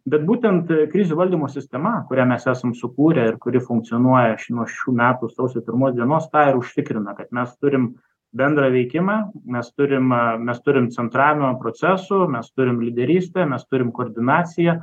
bet būtent krizių valdymo sistema kurią mes esam sukūrę ir kuri funkcionuoja nuo šių metų sausio pirmos dienos tą ir užtikrina kad mes turim bendrą veikimą mes turim mes turim centravimo procesų mes turim lyderystę mes turim koordinaciją